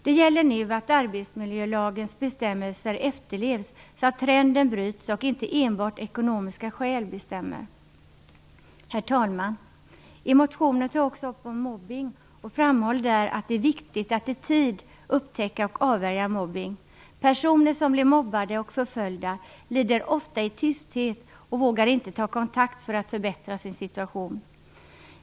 Det gäller nu att arbetsmiljölagens bestämmelser efterlevs så att trenden bryts och inte enbart ekonomiska skäl blir bestämmande. Herr talman! I motionen tar jag också upp frågan om mobbning. Jag framhåller där att det är viktigt att i tid upptäcka och avvärja mobbning. Personer som blir mobbade och förföljda lider ofta i tysthet och vågar inte ta kontakt för att förbättra sin situation.